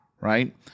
Right